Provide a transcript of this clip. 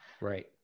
Right